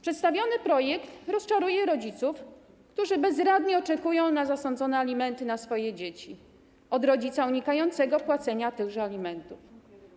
Przedstawiony projekt rozczaruje rodziców, którzy bezradnie oczekują na zasądzone alimenty na swoje dzieci od rodziców unikających płacenia tychże alimentów.